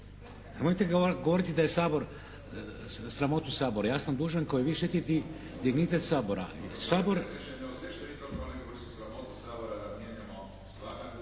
Nemojte govoriti da je Sabor, sramotu Sabora. Ja sam dužan kao i vi štititi dignitet Sabora.